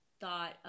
thought